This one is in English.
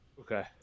Okay